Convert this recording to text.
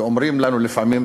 ואומרים לנו לפעמים: